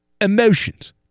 emotions